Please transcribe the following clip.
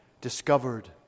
discovered